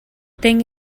thing